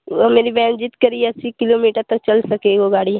वो मेरी बहन ज़िद्द कर रही है अस्सी किलोमीटर तक चल सके वो गाड़ी